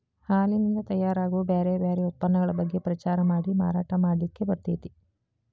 ಹಾಲಿನಿಂದ ತಯಾರ್ ಆಗೋ ಬ್ಯಾರ್ ಬ್ಯಾರೆ ಉತ್ಪನ್ನಗಳ ಬಗ್ಗೆ ಪ್ರಚಾರ ಮಾಡಿ ಮಾರಾಟ ಮಾಡ್ಲಿಕ್ಕೆ ಬರ್ತೇತಿ